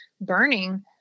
burning